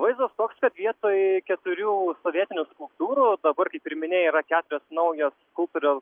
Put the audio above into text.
vaizdas toks kad vietoj keturių sovietinių skulptūrų dabar kaip ir minėjai yra keturios naujos skulptoriaus